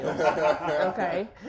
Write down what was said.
okay